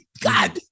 God